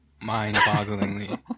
mind-bogglingly